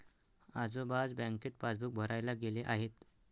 आजोबा आज बँकेत पासबुक भरायला गेले आहेत